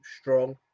strong